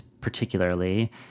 particularly